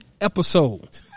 episode